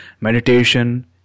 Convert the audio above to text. meditation